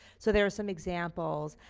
so there's some examples,